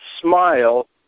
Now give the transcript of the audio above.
Smile